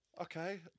Okay